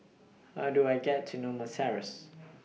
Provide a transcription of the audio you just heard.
How Do I get to Norma Terrace